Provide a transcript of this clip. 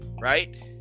right